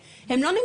הם לא מפחדים,